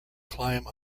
climb